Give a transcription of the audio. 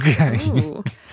okay